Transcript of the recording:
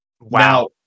Wow